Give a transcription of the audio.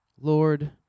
Lord